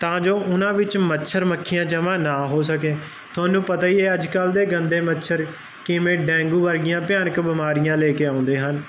ਤਾਂ ਜੋ ਉਹਨਾਂ ਵਿੱਚ ਮੱਛਰ ਮੱਖੀਆਂ ਜਮਾ ਨਾ ਹੋ ਸਕੇ ਤੁਹਾਨੂੰ ਪਤਾ ਹੀ ਹੈ ਅੱਜਕੱਲ ਦੇ ਗੰਦੇ ਮੱਛਰ ਕਿਵੇਂ ਡੈਗੂ ਵਰਗੀਆਂ ਭਿਆਨਕ ਬਿਮਾਰੀਆਂ ਲੈ ਕੇ ਆਉਂਦੇ ਹਨ